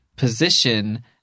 Position